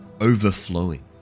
overflowing